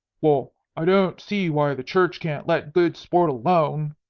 well i don't see why the church can't let good sport alone,